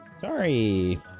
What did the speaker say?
Sorry